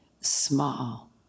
small